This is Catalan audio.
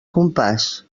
compàs